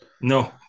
No